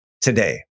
today